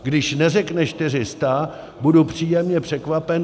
Když neřekne 400, budu příjemně překvapen.